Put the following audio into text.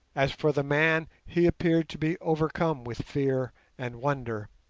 as for the man, he appeared to be overcome with fear and wonder,